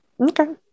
Okay